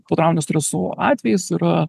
potrauminio streso atvejis yra